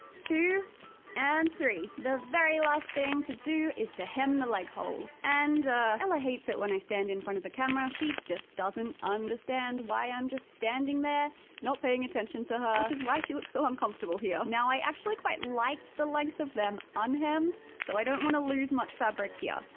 two and three. the very last thing to do is to hem the leg holes. and ella hates when i stand in front of the camera, she just doesn't understand why i'm just standing there not paying attention to her, which is why she looks so uncomfortable here. now, i actually quite liked the length of them unhemmed so i don't want to lose much fabric here.